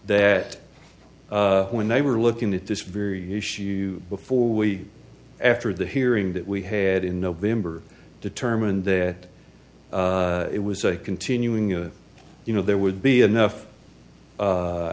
that when they were looking at this very issue before we after the hearing that we had in november determined that it was continuing it you know there would be enough